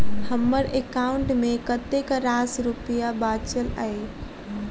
हम्मर एकाउंट मे कतेक रास रुपया बाचल अई?